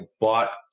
bought